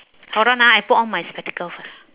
hold on ah I put on my spectacles first